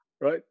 right